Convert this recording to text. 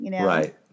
Right